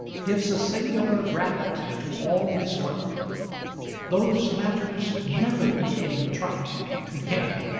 gives a singular gravity to all his work those matters never became trite to him.